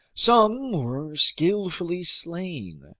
some were skillfully slain,